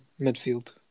midfield